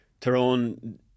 Tyrone